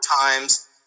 times